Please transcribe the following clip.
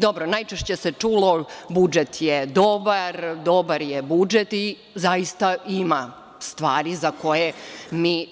Dobro, najčešće se čulo - budžet je dobar, dobar je budžet i zaista ima stvari za koje mi